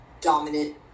dominant